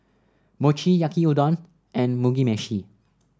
Mochi Yaki Udon and Mugi Meshi